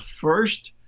first